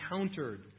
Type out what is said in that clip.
encountered